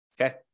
okay